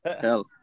Hell